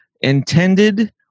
intended